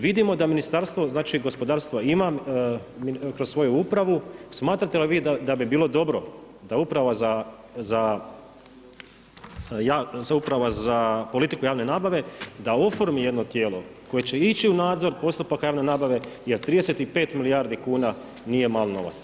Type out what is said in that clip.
Vidimo da Ministarstvo gospodarstva ima kroz svoju upravu, smatrate li vi da bi bilo dobro da uprava za politiku javne nabave da oformi jedno tijelo koje će ići u nadzor postupaka javne nabave jer 35 milijardi kuna nije mali novac?